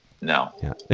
no